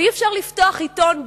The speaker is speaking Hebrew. ואי-אפשר לפתוח עיתון,